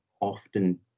often